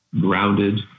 grounded